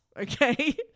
okay